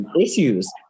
issues